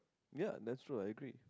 ya that's true I agree